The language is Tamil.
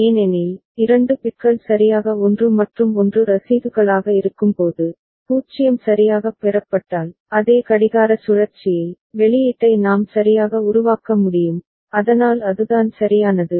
ஏனெனில் 2 பிட்கள் சரியாக 1 மற்றும் 1 ரசீதுகளாக இருக்கும்போது 0 சரியாகப் பெறப்பட்டால் அதே கடிகார சுழற்சியில் வெளியீட்டை நாம் சரியாக உருவாக்க முடியும் அதனால் அதுதான் சரியானது